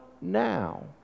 now